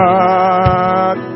God